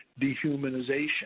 dehumanization